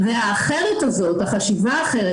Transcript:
והחשיבה האחרת,